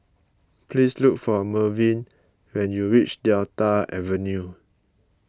please look for Mervyn when you reach Delta Avenue